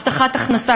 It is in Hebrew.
הבטחת הכנסה,